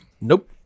Nope